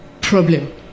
problem